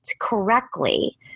correctly